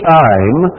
time